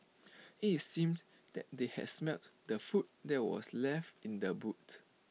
IT seemed that they had smelt the food that were left in the boot